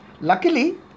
Luckily